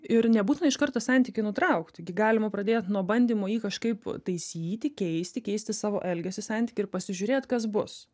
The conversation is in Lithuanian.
ir nebūtina iš karto santykį nutraukti gi galima pradėt nuo bandymo jį kažkaip taisyti keisti keisti savo elgesį santyky ir pasižiūrėt kas bus